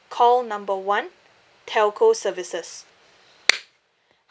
call number one telco services